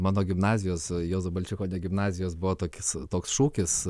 mano gimnazijos juozo balčikonio gimnazijos buvo tokis toks šūkis